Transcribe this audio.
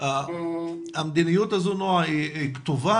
המדיניות הזאת כתובה?